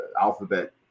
alphabet